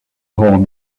hold